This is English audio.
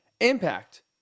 impact